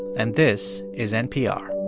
and this is npr